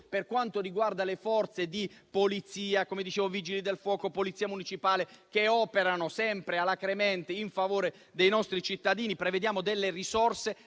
Per quanto riguarda le Forze di polizia, Vigili del fuoco e Polizia municipale, che operano sempre alacremente a favore dei nostri cittadini, prevediamo delle risorse